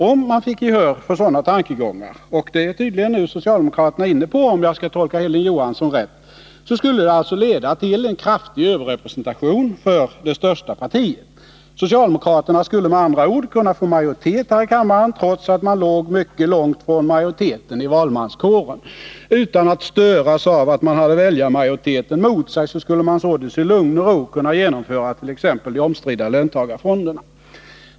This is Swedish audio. Om man fick gehör för sådana tankegångar — och det är tydligen socialdemokraterna inne på, om jag tolkar Hilding Johansson rätt — så skulle det leda till en kraftig överrepresentation för det största partiet. Socialdemokraterna skulle med andra ord kunna få majoritet här i kammaren trots att man låg mycket långt från majoriteten i valmanskåren. Utan att störas av att man hade väljarmajoriteten mot sig skulle man således i lugn och ro kunna genomföra t.ex. de omstridda löntagarfonderna.